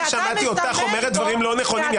למה כאשר אני שמעתי אותך אומרת דברים לא נכונים,